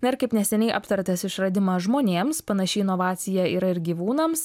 na ir kaip neseniai aptartas išradimas žmonėms panaši inovacija yra ir gyvūnams